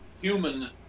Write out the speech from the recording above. human